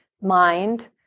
mind